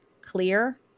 clear